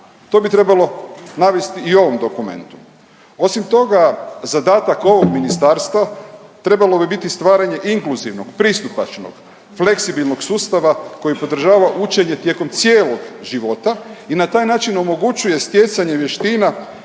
To bi trebalo navesti i u ovom dokumentu. Osim toga zadatak ovog ministarstva trebalo bi biti stvaranje inkluzivnog pristupačnog fleksibilnog sustava koji podržava učenje tijekom cijelog života i na taj način omogućuje stjecanje vještina